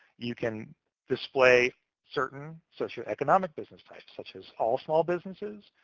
you can display certain socioeconomic business ties, such as all small businesses,